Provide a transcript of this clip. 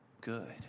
good